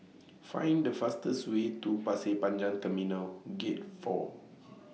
Find The fastest Way to Pasir Panjang Terminal Gate four